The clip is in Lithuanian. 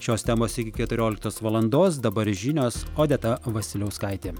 šios temos iki keturioliktos valandos dabar žinios odeta vasiliauskaitė